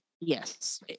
Yes